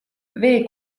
vee